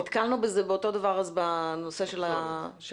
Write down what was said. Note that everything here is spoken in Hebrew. נתקלנו בזה גם בנושא הזבל.